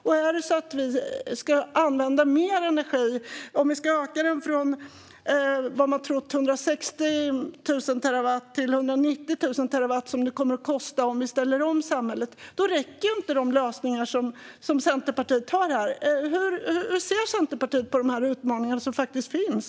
Om vi ska använda mer energi, om vi ska öka från 160 000 terawattimmar till 190 000 terawattimmar, vilket man tror kommer att behövas om vi ställer om samhället, räcker inte de lösningar som Centerpartiet har. Hur ser Centerpartiet på de här utmaningarna, som faktiskt finns?